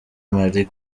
marie